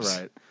Right